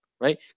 right